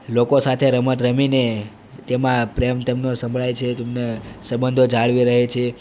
લોકો સાથે રમત રમીને તેમાં પ્રેમ તેમનો સંભળાય છે તેમને સબંધો જાળવી રહે છે